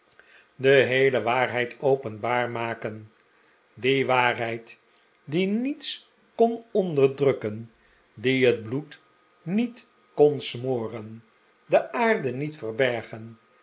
de heele waarheid openbaar maken die waarheid die niets kon onderdrukken die het bloed niet kon smoren de aarde niet verbergen